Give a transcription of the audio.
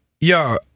yo